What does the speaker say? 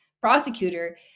prosecutor